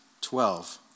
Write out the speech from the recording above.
Twelve